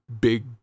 big